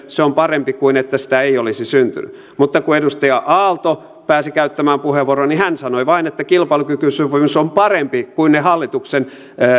se on parempi kuin se että sitä ei olisi syntynyt mutta kun edustaja aalto pääsi käyttämään puheenvuoron niin hän sanoi vain että kilpailukykysopimus on parempi kuin ne hallituksen